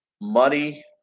Money